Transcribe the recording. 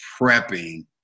prepping